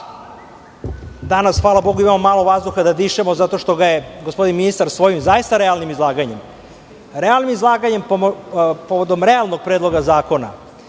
danas, hvala Bogu, ima malo vazduha da dišemo, zato što ga je gospodin ministar svojim zaista realnim izlaganjem, povodom realnog Predloga zakona